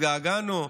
התשפ"ג 2023,